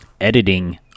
editing